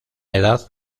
edad